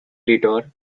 detour